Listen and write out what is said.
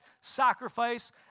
sacrifice